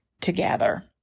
together